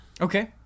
Okay